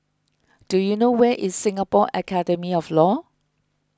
do you know where is Singapore Academy of Law